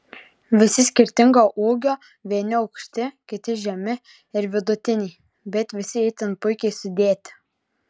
visi skirtingo ūgio vieni aukšti kiti žemi ir vidutiniai bet visi itin puikiai sudėti